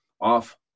off